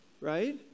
right